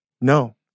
No